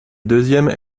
deuxième